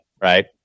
right